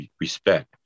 respect